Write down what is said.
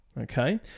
okay